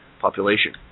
population